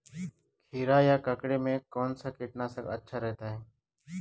खीरा या ककड़ी में कौन सा कीटनाशक अच्छा रहता है?